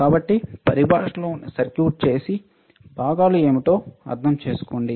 కాబట్టి పరిభాషలో ఉన్న సర్క్యూట్ చేసి భాగాలు ఏమిటో అర్థం చేసుకోండి